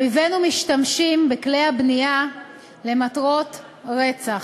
אויבינו משתמשים בכלי הבנייה למטרות רצח.